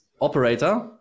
operator